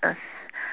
uh